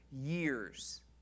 years